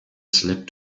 slept